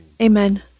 Amen